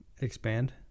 Expand